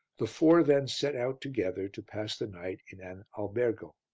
the four then set out together to pass the night in an albergo.